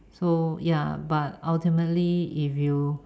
so ya but ultimately if you